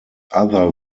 other